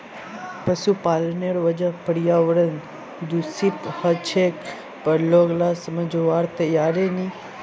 पशुपालनेर वजह पर्यावरण दूषित ह छेक पर लोग ला समझवार तैयार नी